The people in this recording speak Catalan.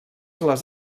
les